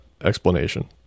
explanation